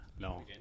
No